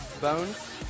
bones